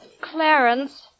Clarence